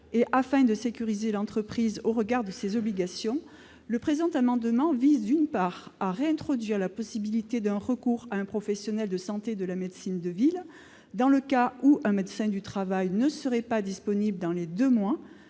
et afin de sécuriser l'entreprise au regard de ses obligations, le présent amendement tend, d'une part, à réintroduire la possibilité d'un recours à un professionnel de santé de la médecine de ville, dans le cas où un médecin du travail ne serait pas disponible dans les deux mois